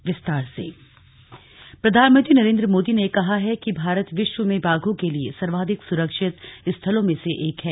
विश्व बाघ दिवस प्रधानमंत्री नरेन्द्र मोदी ने कहा है कि भारत विश्व में बाघों के लिए सर्वाधिक सुरक्षित स्थलों में एक है